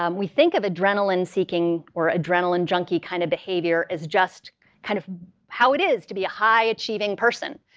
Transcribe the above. um we think of adrenaline seeking or adrenaline junkie kind of behavior as just kind of how it is to be a high-achieving person.